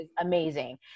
amazing